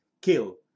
kill